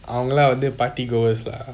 அவங்கல வந்து:avangla vanthu party goers lah